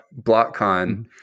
BlockCon